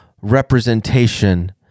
representation